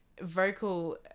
vocal